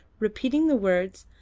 repeating the words,